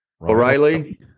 O'Reilly